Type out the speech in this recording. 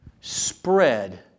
spread